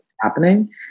happening